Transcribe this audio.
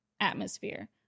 atmosphere